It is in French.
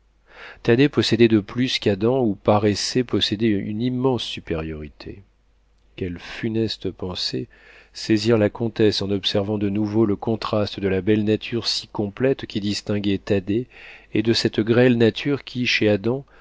thaddée possédait de plus qu'adam ou paraissait posséder une immense supériorité quelles funestes pensées saisirent la comtesse en observant de nouveau le contraste de la belle nature si complète qui distinguait thaddée et de cette grêle nature qui chez adam